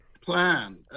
plan